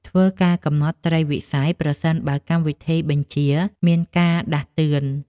ធ្វើការកំណត់ត្រីវិស័យ ប្រសិនបើកម្មវិធីបញ្ជាមានការដាស់តឿន។